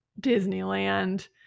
Disneyland